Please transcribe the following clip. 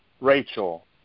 Rachel